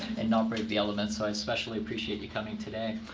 and not braved the elements. so i especially appreciate you coming today.